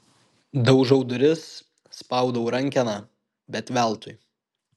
daužau duris spaudau rankeną bet veltui